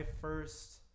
first